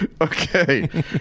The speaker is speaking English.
okay